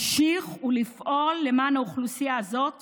להמשיך לפעול למען האוכלוסייה הזאת